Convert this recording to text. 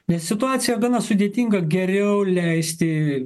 nes situacija gana sudėtinga geriau leisti